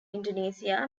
indonesia